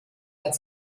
als